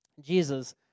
Jesus